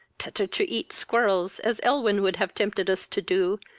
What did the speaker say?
petter to eat squirrels, as elwyn would have tempted us to do,